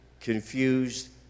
confused